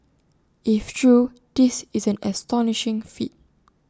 if true this is an astonishing feat